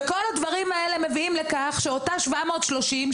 כל הדברים האלה מביאים לכך שאותה 730,